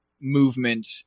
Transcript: movement